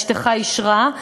אשתך אישרה?